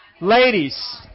Ladies